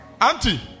Auntie